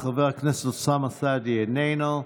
חבר הכנסת אוסאמה סעדי, איננו.